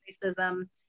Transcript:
racism